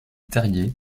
terriers